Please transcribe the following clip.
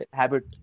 habit